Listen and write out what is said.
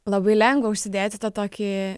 labai lengva užsidėti tą tokį